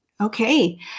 Okay